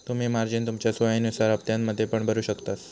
तुम्ही मार्जिन तुमच्या सोयीनुसार हप्त्त्यांमध्ये पण भरु शकतास